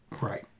Right